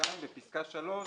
פסקה (3)